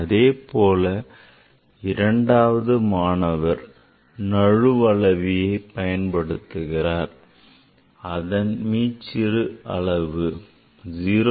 அதேபோல் இரண்டாவது மாணவர் நழுவளவியை பயன்படுத்துகிறார் அதன் மீச்சிறு அளவு 0